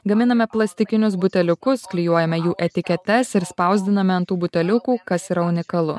gaminame plastikinius buteliukus klijuojame jų etiketes ir spausdiname ant tų buteliukų kas yra unikalu